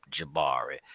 Jabari